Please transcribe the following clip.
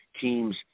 team's